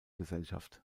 gesellschaft